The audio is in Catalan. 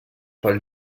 pel